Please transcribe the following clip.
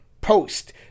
post